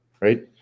right